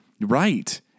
Right